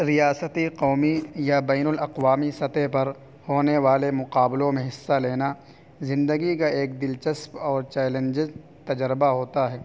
ریاستی قومی یا بین الاقوامی سطح پر ہونے والے مقابلوں میں حصہ لینا زندگی کا ایک دلچسپ اور چیلنجز تجربہ ہوتا ہے